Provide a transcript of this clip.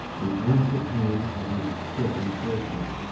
the answer came at his second session.